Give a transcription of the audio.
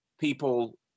people